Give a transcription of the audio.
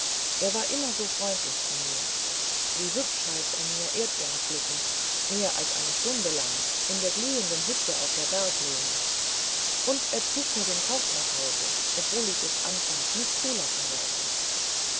er war immer so freundlich zu mir wie hübsch half er mir erdbeeren pflücken mehr als eine stunde lang in der glühenden hitze auf der berglehne und er trug mir den korb nach hause obwohl ich es anfangs nicht zulassen wollte